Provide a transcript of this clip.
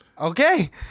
Okay